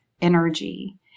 energy